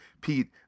Pete